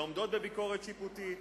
שעומדות בביקורת שיפוטית,